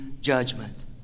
judgment